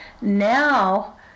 now